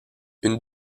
une